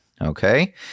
Okay